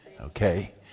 Okay